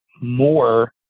more